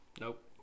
Nope